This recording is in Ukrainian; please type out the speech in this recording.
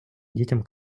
дітям